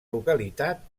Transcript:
localitat